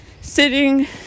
sitting